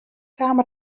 kaam